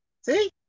See